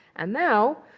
and now,